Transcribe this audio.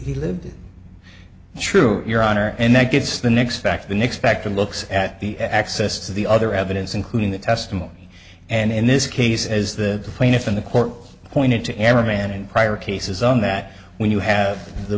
lived in true your honor and that gets the next factor than expected looks at the access to the other evidence including the testimony and in this case as the plaintiff in the court pointed to every man and prior cases on that when you have the